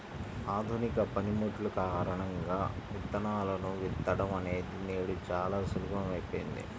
ఆధునిక పనిముట్లు కారణంగా విత్తనాలను విత్తడం అనేది నేడు చాలా సులభమైపోయింది